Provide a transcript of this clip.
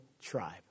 tribe